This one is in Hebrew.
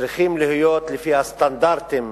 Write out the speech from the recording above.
צריכים להיות לפי הסטנדרטים,